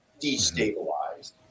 destabilized